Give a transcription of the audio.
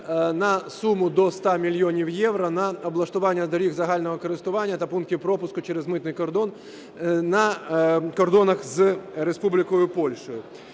на суму до 100 мільйонів євро на облаштування доріг загального користування та пунктів пропуску через митний кордон на кордонах з Республікою Польщею.